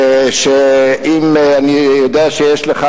ואני יודע שיש לך,